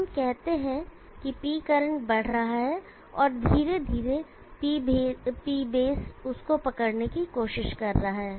तो हम कहते हैं कि P करंट बढ़ रहा है और P बेस भी धीरे धीरे उसको पकड़ने की कोशिश कर रहा है